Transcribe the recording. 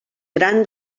gran